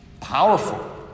powerful